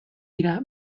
dira